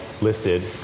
listed